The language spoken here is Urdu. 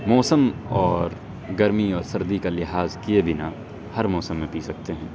موسم اور گرمی اور سردی کا لحاظ کیے بنا ہر موسم میں پی سکتے ہیں